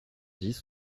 dix